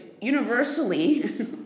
universally